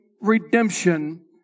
redemption